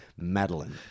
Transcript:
Madeline